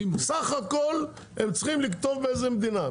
סך הכול הם צריכים לכתוב באיזו מדינה.